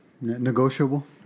negotiable